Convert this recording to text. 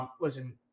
Listen